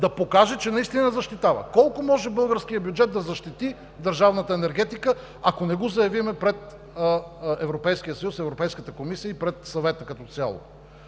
да покаже, че наистина ни защитава! Колко може българският бюджет да защити държавната енергетика, ако не го заявим пред Европейския съюз, пред Европейската комисия и пред Съвета като цяло?